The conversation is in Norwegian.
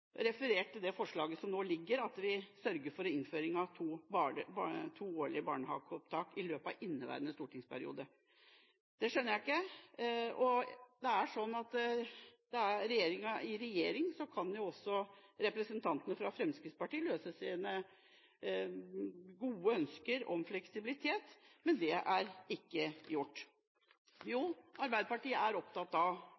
det forslaget som nå ligger i innstillingen, om at vi sørger for innføring av to barnehageopptak i året i løpet av inneværende stortingsperiode. Det skjønner jeg ikke. Med Fremskrittspartiet i regjering kan også representantene fra Fremskrittspartiet finne løsninger når det gjelder gode ønsker om fleksibilitet, men det er ikke